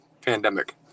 pandemic